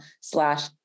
slash